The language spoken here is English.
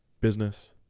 business